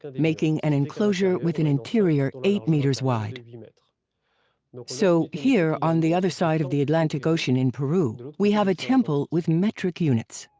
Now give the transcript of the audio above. um making an enclosure with an interior eight meters wide. you know so, here on the other side of the atlantic ocean in peru, we have a temple with metric units.